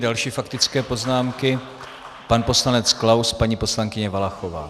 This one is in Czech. Další faktické poznámky pan poslanec Klaus, paní poslankyně Valachová.